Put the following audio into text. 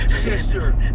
sister